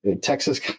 Texas